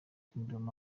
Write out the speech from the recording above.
kingdom